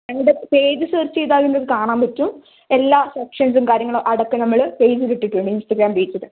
ഞങ്ങളുടെ page search ചെയ്താലും നിങ്ങൾക്ക് കാണാൻ പറ്റും എല്ലാ സെക്ഷൻ കാര്യങ്ങൾ അടക്കം നമ്മൾ പേജിൽ ഇട്ടിട്ടുണ്ട് ഇൻസ്റ്റാഗ്രാം പേജിൽ